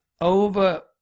over